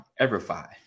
EverFi